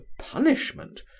punishment